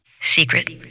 secret